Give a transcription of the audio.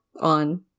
on